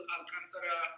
Alcantara